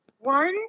one